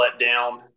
letdown